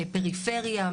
פריפריה,